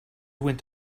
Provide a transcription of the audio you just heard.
went